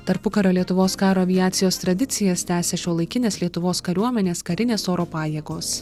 tarpukario lietuvos karo aviacijos tradicijas tęsia šiuolaikinės lietuvos kariuomenės karinės oro pajėgos